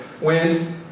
Wind